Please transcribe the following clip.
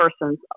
persons